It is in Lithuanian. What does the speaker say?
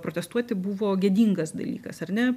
protestuoti buvo gėdingas dalykas ar ne